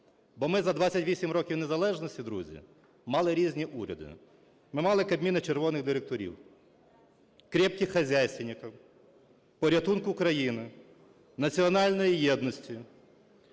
Бо ми за 28 років незалежності, друзі, мали різні уряди. Ми мали кабміни "червоних директорів", крепких хозяйственников, порятунку країни, національної єдності,